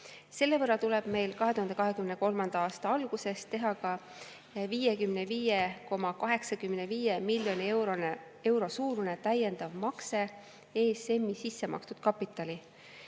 Selle võrra tuleb meil 2023. aasta alguses teha ka 55,85 miljoni euro suurune täiendav makse ESM-i sissemakstud kapitali.